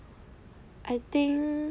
I think